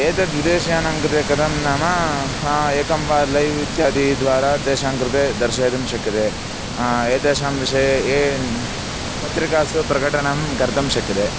एतद्विदेशीयानां कृते कथं नाम एकं वा लैव् इत्यादिद्वारा तेषां कृते दर्शयितुं शक्यते एतेषां विषये येन पत्रिकासु प्रकटणं कर्तुं शक्यते